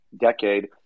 decade